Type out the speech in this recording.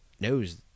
knows